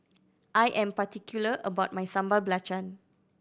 I am particular about my Sambal Belacan